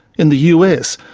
in the us,